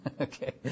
Okay